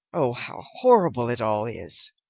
oh, how horrible it all is!